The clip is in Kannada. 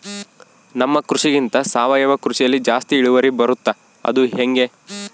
ನಮ್ಮ ಕೃಷಿಗಿಂತ ಸಾವಯವ ಕೃಷಿಯಲ್ಲಿ ಜಾಸ್ತಿ ಇಳುವರಿ ಬರುತ್ತಾ ಅದು ಹೆಂಗೆ?